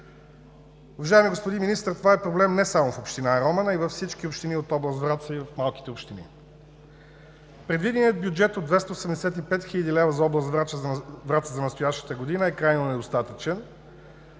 Уважаеми господин Министър, това е проблем не само в община Роман, а и във всички общини от област Враца и в малките общини. Предвиденият бюджет от 285 хил. лв. за област Враца за настоящата година е крайно недостатъчен.